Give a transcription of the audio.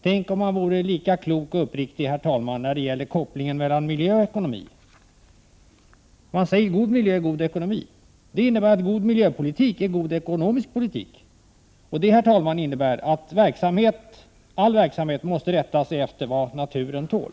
Tänk om man, herr talman, vore lika klok och uppriktig när det gäller kopplingen mellan miljö och ekonomi! Man säger att god miljö är en god ekonomi. Det innebär att en god miljöpolitik är en god ekonomisk politik, och det innebär att all verksamhet måste rätta sig efter vad naturen tål.